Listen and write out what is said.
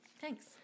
Thanks